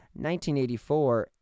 1984